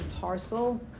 parcel